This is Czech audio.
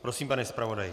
Prosím, pane zpravodaji.